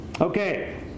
Okay